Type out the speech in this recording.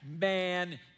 man